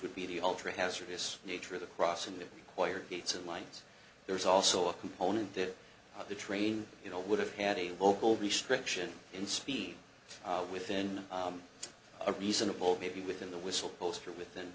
would be the ultra hazardous nature of the crossing the required gates and lines there is also a component that the train you know would have had a local restriction in speed within a reasonable maybe within the whistle poster with